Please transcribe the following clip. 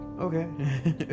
Okay